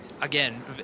Again